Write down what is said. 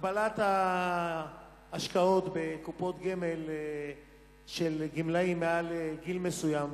הגבלת ההשקעות בקופות גמל של גמלאים מעל גיל מסוים,